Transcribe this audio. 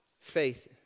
Faith